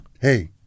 Hey